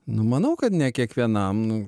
nu manau kad ne kiekvienam nu